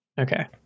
okay